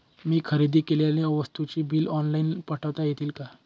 मी खरेदी केलेल्या वस्तूंची बिले ऑनलाइन पाठवता येतील का?